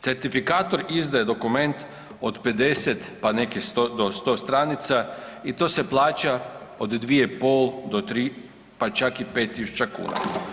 Certifikator izdaje dokument od 50 pa neke 100, do 100 stranica i to se plaća od 2,5 do 3, pa čak i 5 tisuća kuna.